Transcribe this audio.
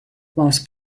whilst